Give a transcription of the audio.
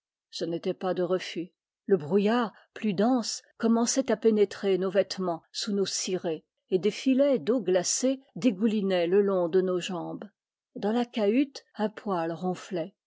ce n'était pas de refus le brouillard plus dense commençait à pénétrer nos vêtements sous nos cirés et des filets d'eau glacée dégoulinaient le long de nos jambes dans la cahute un poêle ronflait